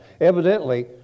Evidently